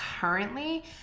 currently